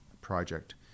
project